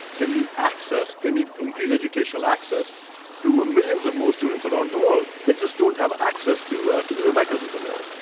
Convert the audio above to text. can we access can we increase educational access to millions of more students around the world who just don't have access to ah to the rebecca's of the